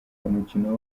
umukino